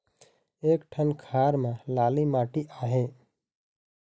एक ठन खार म लाली माटी आहे?